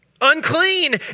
Unclean